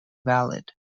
valid